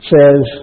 says